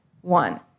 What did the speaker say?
One